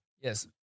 Yes